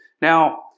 Now